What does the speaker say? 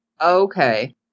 Okay